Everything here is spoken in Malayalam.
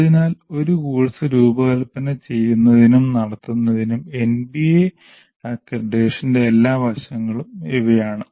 അതിനാൽ ഒരു കോഴ്സ് രൂപകൽപ്പന ചെയ്യുന്നതിനും നടത്തുന്നതിനും എൻബിഎ അക്രഡിറ്റേഷന്റെ എല്ലാ വശങ്ങളും ഇവയാണ്